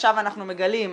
עכשיו אנחנו מגלים,